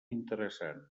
interessant